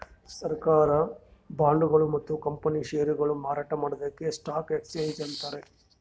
ಸರ್ಕಾರ್ ಬಾಂಡ್ಗೊಳು ಮತ್ತ್ ಕಂಪನಿ ಷೇರ್ಗೊಳು ಮಾರಾಟ್ ಮಾಡದಕ್ಕ್ ಸ್ಟಾಕ್ ಎಕ್ಸ್ಚೇಂಜ್ ಅಂತಾರ